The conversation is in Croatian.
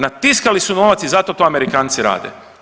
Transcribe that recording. Natiskali su novac i zato to Amerikanci rade.